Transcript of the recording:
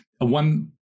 one –